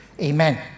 Amen